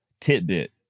Titbit